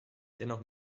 dennoch